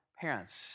parents